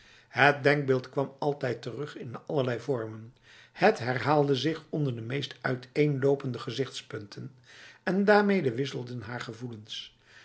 het denkbeeld kwam altijd terug in allerlei vormen het herhaalde zich onder de meest uiteenlopende gezichtspunten en daarmede wisselden haar gevoelens